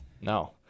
no